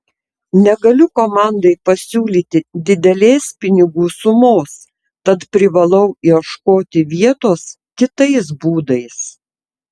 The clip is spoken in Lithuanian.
negaliu komandai pasiūlyti didelės pinigų sumos tad privalau ieškoti vietos kitais būdais